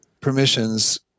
permissions